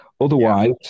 Otherwise